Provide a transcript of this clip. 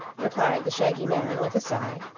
replied the shaggy man, with a sigh,